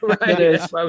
Right